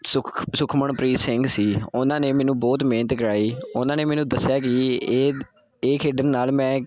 ਸੁਖ ਸੁਖਮਨਪ੍ਰੀਤ ਸਿੰਘ ਸੀ ਉਹਨਾਂ ਨੇ ਮੈਨੂੰ ਬਹੁਤ ਮਿਹਨਤ ਕਰਾਈ ਉਹਨਾਂ ਨੇ ਮੈਨੂੰ ਦੱਸਿਆ ਕਿ ਇਹ ਇਹ ਖੇਡਣ ਨਾਲ ਮੈਂ